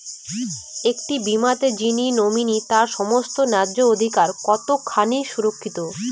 একটি বীমাতে যিনি নমিনি তার সমস্ত ন্যায্য অধিকার কতখানি সুরক্ষিত?